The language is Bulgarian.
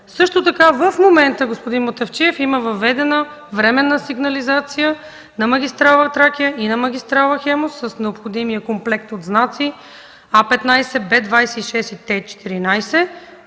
възстановена. В момента, господин Мутафчиев, има въведена временна сигнализация на автомагистрала „Тракия” и автомагистрала „Хемус” с необходимия комплекс от знаци А-15, Б-26 и Т-14